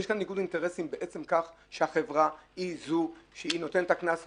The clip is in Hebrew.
יש כאן ניגוד אינטרסים בעצם כך שהחברה היא זו שנותנת את הקנס,